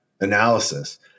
analysis